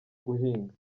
guhinga